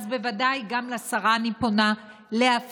אז בוודאי גם לשרה אני פונה להפסיק